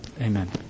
Amen